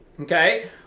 okay